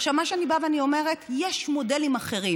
עכשיו, מה שאני באה ואומרת: יש מודלים אחרים.